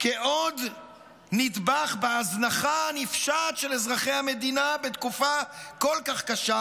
כעוד נדבך בהזנחה הנפשעת של אזרחי המדינה בתקופה כל כך קשה,